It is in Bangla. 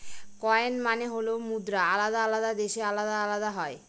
কয়েন মানে হল মুদ্রা আলাদা আলাদা দেশে আলাদা আলাদা হয়